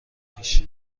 پیش